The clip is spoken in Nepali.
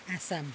असम